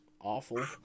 awful